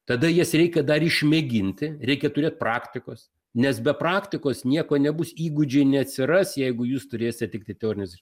tada jas reikia dar išmėginti reikia turėt praktikos nes be praktikos nieko nebus įgūdžiai neatsiras jeigu jūs turėsite tiktai teorinis